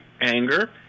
anger